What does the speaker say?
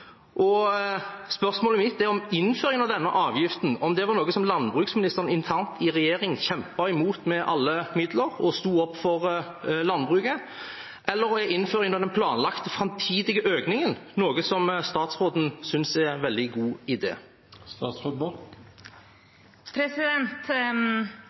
Spørsmålet mitt er om innføringen av denne avgiften var noe landbruksministeren internt i regjering kjempet imot med alle midler, og at hun sto opp for landbruket – eller er innføringen av den planlagte, framtidige økningen noe statsråden synes er en veldig god